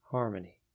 Harmony